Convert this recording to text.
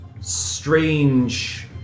strange